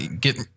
get